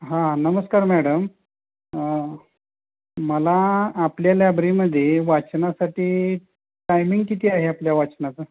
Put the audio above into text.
हां नमस्कार मॅडम मला आपल्या लायब्रीमध्ये वाचनासाठी टायमिंग किती आहे आपल्या वाचनाचं